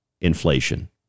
inflation